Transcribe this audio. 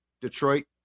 Detroit